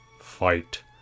fight